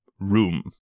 room